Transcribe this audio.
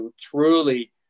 truly